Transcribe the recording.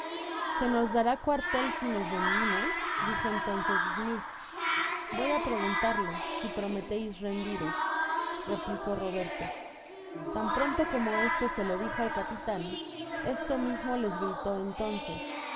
se nos dará cuartel si nos rendimos dijo entonces smitb r voy á preguntarlo i prometais rendiros replicó roberto tan pronto como este se lo dijo al capitan este mismo les gritó entonces ya